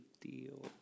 deal